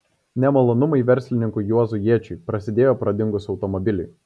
nemalonumai verslininkui juozui jėčiui prasidėjo pradingus automobiliui